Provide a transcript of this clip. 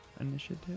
initiative